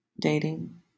Dating